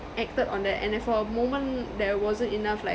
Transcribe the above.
acted on that and then for a moment there wasn't enough like